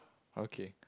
okay